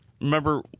remember